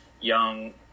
young